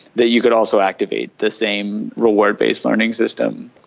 that you can also activate the same reward-based learning system.